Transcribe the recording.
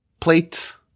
plate